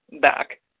back